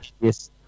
Yes